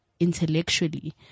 Intellectually